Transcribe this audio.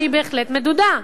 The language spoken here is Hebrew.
שהיא בהחלט מדודה.